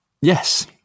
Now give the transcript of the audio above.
yes